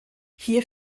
hier